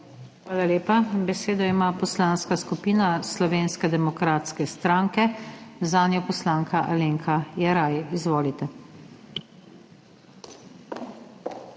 Hvala lepa. Besedo ima Poslanska skupina Slovenske demokratske stranke, zanjo poslanka Alenka Jeraj. Izvolite.